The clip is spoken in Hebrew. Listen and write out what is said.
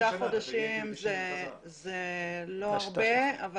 שלושה חודשים זה לא הרבה זמן,